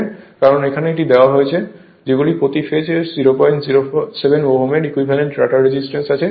কারণ এখানে এটি দেওয়া হয়েছে যেগুলির প্রতি ফেজে 007 ওহমের ইকুইভ্যালেন্ট রটার রেজিস্ট্যান্স আছে